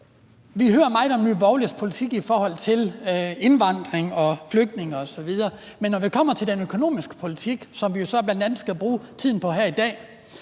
Vi hører meget om Nye Borgerliges politik i forhold til indvandring og flygtninge osv., men når det kommer til den økonomiske politik, som vi jo så bl.a. skal bruge tiden på her i dag,